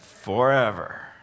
forever